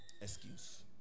excuse